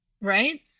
right